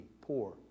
poor